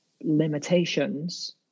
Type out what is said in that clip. limitations